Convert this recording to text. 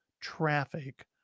traffic